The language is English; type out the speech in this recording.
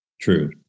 True